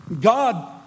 God